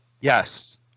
Yes